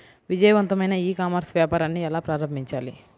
విజయవంతమైన e commerce వ్యాపారాన్ని ఎలా ప్రారంభించాలి?